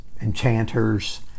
enchanters